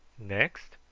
next?